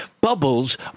bubbles